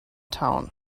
town